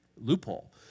Loophole